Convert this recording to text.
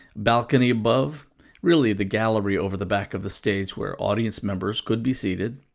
balcony above really the gallery over the back of the stage, where audience members could be seated.